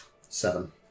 Seven